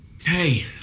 Hey